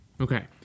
Okay